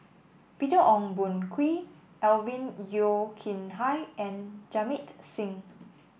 Peter Ong Boon Kwee Alvin Yeo Khirn Hai and Jamit Singh